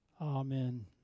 Amen